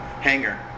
hangar